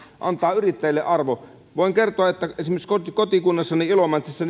antaa yrittäjille arvo voin kertoa että esimerkiksi kotikunnassani ilomantsissa